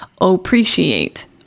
appreciate